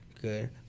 Good